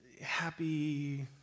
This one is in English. happy